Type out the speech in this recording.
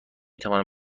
توانم